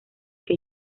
que